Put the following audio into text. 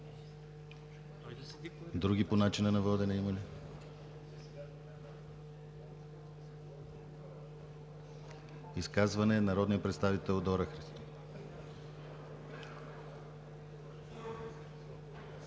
Други по начина на водене има ли? Изказване на народния представител Дора Христова,